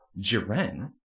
Jiren